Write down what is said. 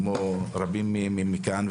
כמו רבים מכאן,